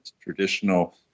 traditional